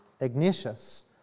Ignatius